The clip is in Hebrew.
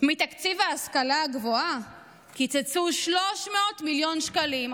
מתקציב ההשכלה הגבוהה קיצצו 300 מיליון שקלים.